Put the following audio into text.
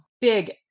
big